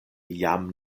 jam